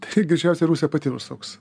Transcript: tai greičiausiai rusija pati ir užsuks